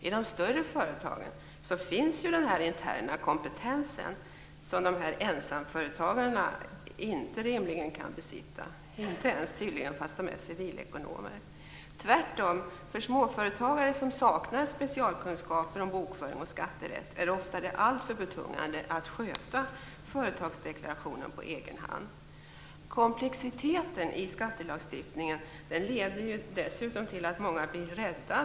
I de större företagen finns den interna kompetensen som ensamföretagarna inte rimligen kan besitta, tydligen inte ens om de är civilekonomer. För småföretagare som saknar kunskaper om bokföring och skatterätt är det ofta alltför betungande att sköta företagsdeklarationen på egen hand. Komplexiteten i skattelagstiftningen leder dessutom till att många blir rädda.